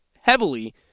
heavily